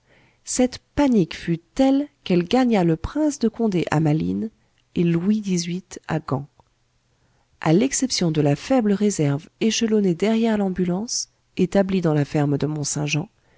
cette panique fut telle qu'elle gagna le prince de condé à malines et louis xviii à gand à l'exception de la faible réserve échelonnée derrière l'ambulance établie dans la ferme de